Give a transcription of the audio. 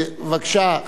בבקשה,